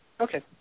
Okay